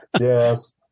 Yes